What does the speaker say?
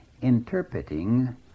interpreting